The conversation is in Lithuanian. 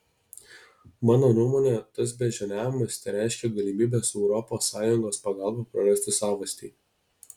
mano nuomone tas beždžioniavimas tereiškia galimybę su europos sąjungos pagalba prarasti savastį